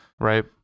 Right